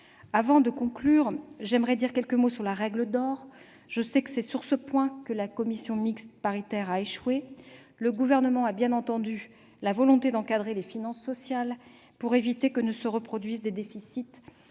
Avant de conclure, j'aimerais dire quelques mots sur la règle d'or, point sur lequel la commission mixte paritaire a échoué. Le Gouvernement a bien entendu la volonté d'encadrer les finances sociales, pour éviter que ne se reproduisent des déficits